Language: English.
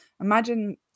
imagine